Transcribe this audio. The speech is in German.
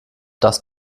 das